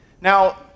Now